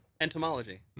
Entomology